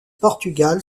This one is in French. portugal